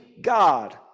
God